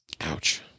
Ouch